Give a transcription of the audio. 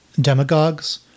demagogues